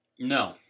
No